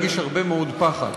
הרגיש הרבה מאוד פחד,